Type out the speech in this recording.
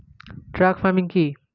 Truck farming কি?